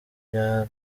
cya